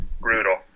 brutal